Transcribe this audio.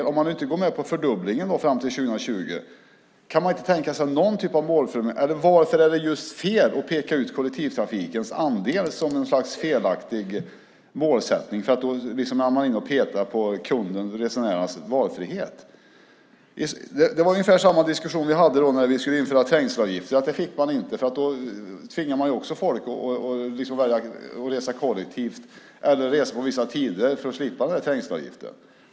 Även om man inte går med på en fördubbling till år 2020 kan man kanske tänka sig någon typ av målformulering. Varför är det fel att peka ut kollektivtrafikens andel som ett slags felaktig målsättning? Då är man tydligen liksom inne och petar i kundernas, resenärernas, valfrihet. Ungefär samma diskussion hade vi när trängselavgiften skulle införas. Den skulle man inte få införa, för då tvingades folk att välja att resa kollektivt eller att resa på vissa tider för att slippa trängselavgiften.